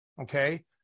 Okay